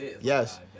yes